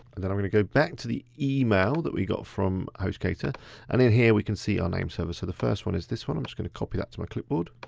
and then i'm gonna go back to the email that we got from hostgator and in here, we can see our name server. so the first one is this one. i'm just gonna copy that to my clipboard,